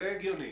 זה הגיוני.